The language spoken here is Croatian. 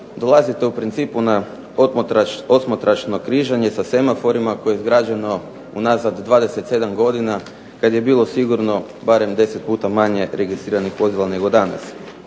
dolazite u principu na posmatračno križanje sa semaforima koje je izgrađeno unazad 27 godina, kada je bilo sigurno barem 10 puta manje registriranih vozila nego što